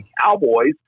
Cowboys